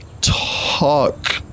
Talk